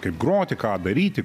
kaip groti ką daryti